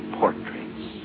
portraits